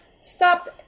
stop